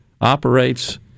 operates